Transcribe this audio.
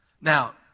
Now